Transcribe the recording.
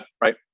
right